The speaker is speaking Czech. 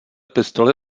pistoli